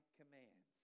commands